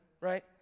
right